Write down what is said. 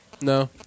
no